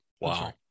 wow